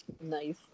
Nice